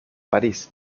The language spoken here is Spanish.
parís